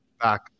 back